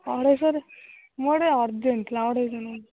ଅଢ଼େଇଶହରେ ମୋର ଗୋଟେ ଅରଜେଣ୍ଟ ଥିଲା ଅଢ଼େଇଶହ ନେଉନାହାଁନ୍ତି